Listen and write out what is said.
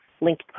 link